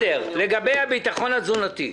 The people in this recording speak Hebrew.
לגבי הביטחון התזונתי.